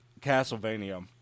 Castlevania